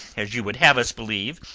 as you would have us believe,